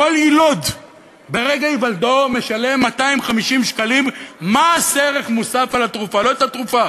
כל יילוד ברגע היוולדו משלם 250 שקלים מס ערך מוסף על התרופה,